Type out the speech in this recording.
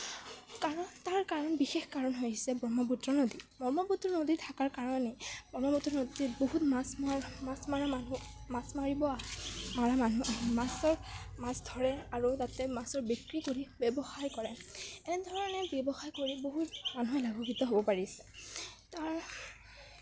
কাৰণ তাৰকাৰণ বিশেষ কাৰণ হৈছে ব্ৰহ্মপুত্ৰ নদী ব্ৰহ্মপুত্ৰ নদী থকাৰ কাৰণে ব্ৰহ্মপুত্ৰ নদীত বহুত মাছ মাৰা মাছ মৰা মানুহ মাছ মাৰিব আহ মাৰা মানুহ মাছ মাছ ধৰে আৰু তাতে মাছৰ বিক্ৰি কৰি ব্যৱসায় কৰে এনেধৰণে ব্যৱসায় কৰি বহুত মানুহে লাভান্ৱিত হ'ব পাৰিছে তাৰ